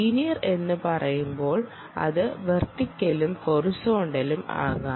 linear എന്ന് പറയുമ്പോൾ അത് വെർട്ടിക്കലും ഹൊറിസോണ്ടലും ആകാം